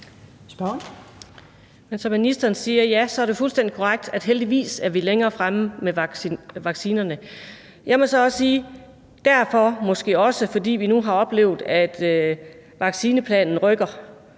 ministeren siger, er det fuldstændig korrekt, at vi heldigvis er længere fremme med vaccinerne. Vi har nu oplevet, at vaccineplanen rykker,